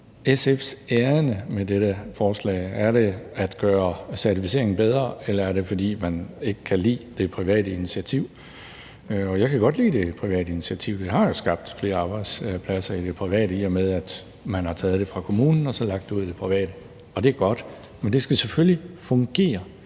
SF's ærinde med dette forslag. Er det at gøre certificeringen bedre, eller er det fremsat, fordi man ikke kan lide det private initiativ? Jeg kan godt lide det private initiativ. Vi har jo skaffet flere arbejdspladser i det private, i og med at man har taget det fra kommunen og så lagt det ud i det private, og det er godt. Men det skal selvfølgelig fungere.